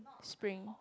spring